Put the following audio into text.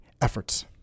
efforts